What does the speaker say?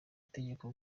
tegeko